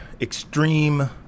extreme